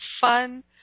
fun